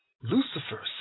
lucifer